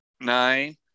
nine